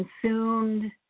consumed